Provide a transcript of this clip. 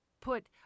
put